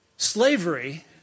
Slavery